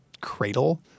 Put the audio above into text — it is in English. cradle